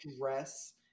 Dress